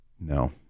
No